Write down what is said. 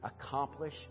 accomplish